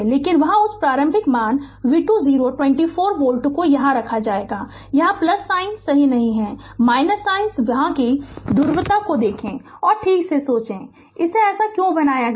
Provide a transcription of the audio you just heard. लेकिन यहाँ उस प्रारंभिक मान v2 0 24 वोल्ट को यहाँ रखा जाएगा यहाँ साइन सही नहीं है साइन वहाँ की ध्रुवीयता को देखें और ठीक से सोचें कि इसे ऐसा क्यों बनाया है